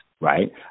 right